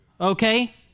okay